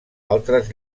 altres